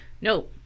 no